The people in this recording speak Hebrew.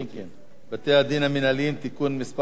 הצעת חוק בתי-דין מינהליים (תיקון מס' 11)